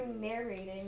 narrating